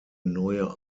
neue